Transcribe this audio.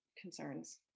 concerns